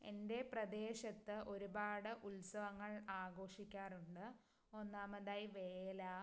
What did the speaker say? എൻ്റെ പ്രദേശത്ത് ഒരുപാട് ഉത്സവങ്ങൾ ആഘോഷിക്കാറുണ്ട് ഒന്നാമതായി വേല